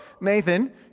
Nathan